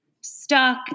stuck